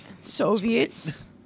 Soviets